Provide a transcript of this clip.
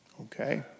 okay